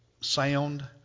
sound